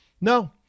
no